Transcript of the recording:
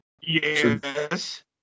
Yes